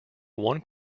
one